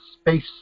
space